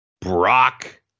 Brock